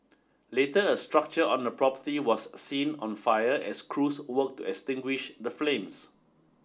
later a structure on the property was seen on fire as crews worked to extinguish the flames